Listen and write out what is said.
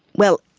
well,